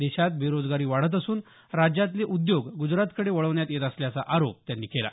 देशात बेरोजगारी वाढत असून राज्यातले उद्योग ग्जरातकडे वळवण्यात येत असल्याचा आरोप त्यांनी केला